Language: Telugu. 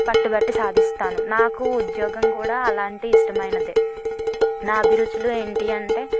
పట్టుపట్టి సాధిస్తాను నాకు ఉద్యోగం కూడా అలాంటి ఇష్టమైనదే నా అభిరుచులు ఏంటి అంటే